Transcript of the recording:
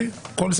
אסור שיהיה כיבוד,